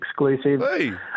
exclusive